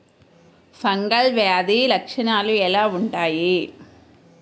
Fungal వ్యాధి లక్షనాలు ఎలా వుంటాయి?